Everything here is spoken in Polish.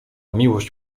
miłość